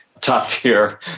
top-tier